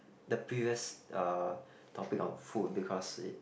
the previous uh topic on food because it